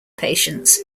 patients